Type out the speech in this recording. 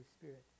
Spirit